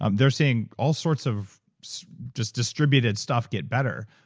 um they're seeing all sorts of just distributed stuff get better.